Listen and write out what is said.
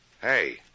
hey